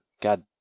God